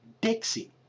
Dixie